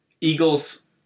Eagles